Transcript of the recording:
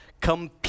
compete